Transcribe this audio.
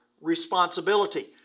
responsibility